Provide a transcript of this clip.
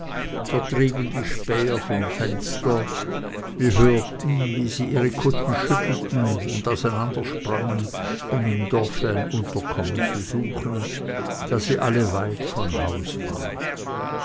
vertrieben den späher vom fenster wir hörten wie sie ihre kutten schüttelten und auseinandersprangen um im dorfe ein unterkommen zu suchen da sie alle weit von hause waren